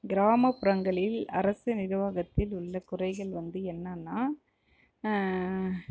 கிராமப்புறங்களில் அரசு நிர்வாகத்தில் உள்ள குறைகள் வந்து என்னென்னா